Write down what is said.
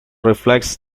reflects